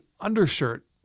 undershirt